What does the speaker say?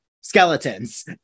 skeletons